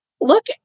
look